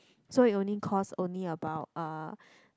so it only cost only about uh